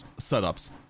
setups